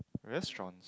restaurants